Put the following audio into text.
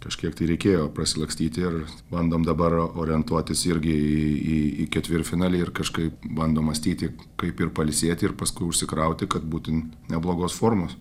kažkiek tai reikėjo prasilakstyti ir bandom dabar orientuotis irgi į į į ketvirtfinalį ir kažkaip bandom mąstyti kaip ir pailsėti ir paskui užsikrauti kad būti neblogos formos